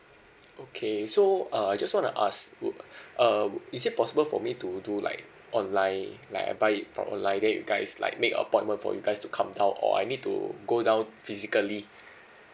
okay so uh I just wanna ask would uh is that possible for me to do like online like I buy it from online then you guys like make appointment for you guys to come down or I need to go down physically